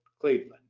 cleveland